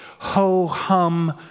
Ho-hum